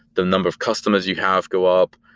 the number of customers you have go up.